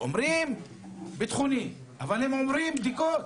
אומרים ביטחוני, אבל הם עוברים בדיקות.